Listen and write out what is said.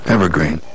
Evergreen